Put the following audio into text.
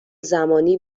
زمانی